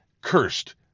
Cursed